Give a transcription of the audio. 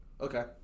Okay